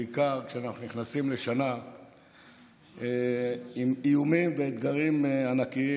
בעיקר כשאנחנו נכנסים לשנה עם איומים ואתגרים ענקיים,